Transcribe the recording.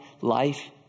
life